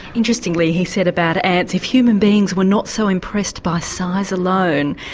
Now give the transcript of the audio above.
interestingly, he said about ants if human beings were not so impressed by size alone,